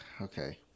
Okay